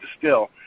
distill